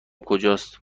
کجاست